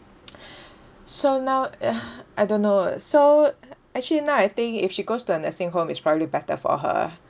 so now ah I don't know so actually now I think if she goes to a nursing home it's probably better for her